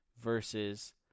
versus